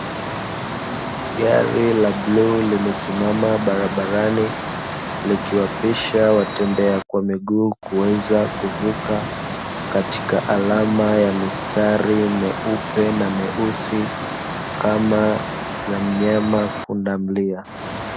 Gari la bluu limesimama barabarani, likiwapisha watembea kwa miguu kuweza kuvuka, katika alama ya mistari meupe na meusi kama za mnyama Pundamilia.